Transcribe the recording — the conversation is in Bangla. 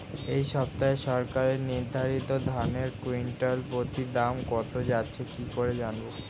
এই সপ্তাহে সরকার নির্ধারিত ধানের কুইন্টাল প্রতি দাম কত যাচ্ছে কি করে জানবো?